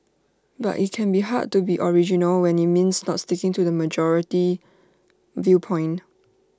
but IT can be hard to be original when IT means not sticking to the majority viewpoint